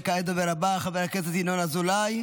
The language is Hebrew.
וכעת הדובר הבא, חבר הכנסת ינון אזולאי,